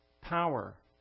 power